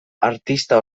artista